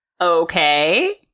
okay